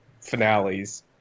finales